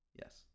Yes